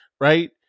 right